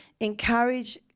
encourage